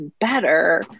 better